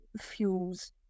fuels